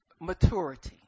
maturity